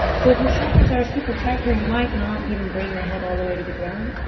so if your shoulders are super tight here, you might not even bring the head all the way to the ground.